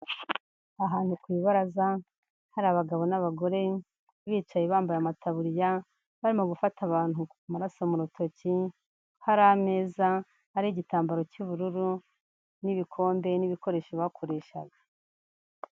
Ahantu ku ibaraza, hari abagabo n'abagore, bicaye bambaye amataburiya, barimo gufata abantu amaraso mu rutoki, hari ameza, hari igitambaro cy'ubururu n'ibikombe n'ibikoresho bakoreshaga.